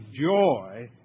joy